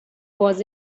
was